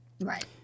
Right